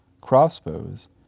crossbows